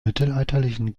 mittelalterlichen